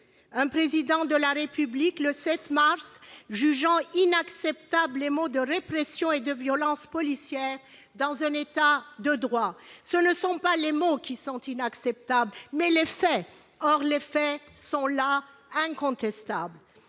Un Président de la République, le 7 mars, jugeant « inacceptables » les mots de « répression » et de « violences policières » dans un État de droit. Ce ne sont pas les mots qui sont inacceptables, mais les faits ! Or les faits sont là, incontestables.